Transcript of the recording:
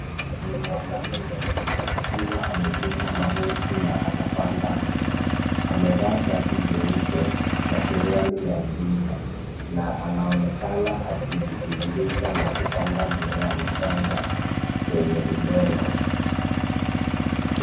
Ni mwanaume akiwa amepiga magoti na anapanda mti amevaa shati jeupe na suruali ya giza na anaonekana akijishughulisha na kupanda mmea mchanga kwenye udongo